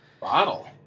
Bottle